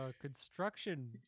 construction